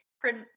print